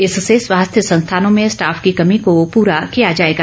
इससे स्वास्थ्य संस्थानों में स्टाफ की कमी को परा किया जाएगा